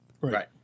Right